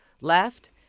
left